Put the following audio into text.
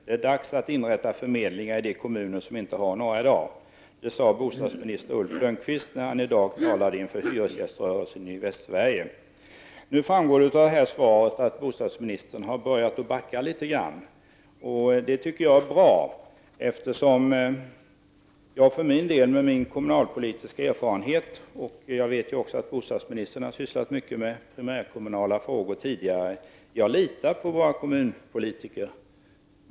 Det är dags att inrätta förmedlingar i de kommuner som inte har några i dag. Det sade bostadsminister Ulf Lönnqvist när han i dag talade inför hyresgäströrelsen i Västsverige.” Nu framgår av svaret att bostadsministern har börjat att backa litet grand. Det tycker jag är bra, eftersom jag för min del med min kommunalpolitiska erfarenhet — jag vet också att bostadsministern tidigare har sysslat mycket med primärkommunala frågor — litar på våra kommunpolitiker.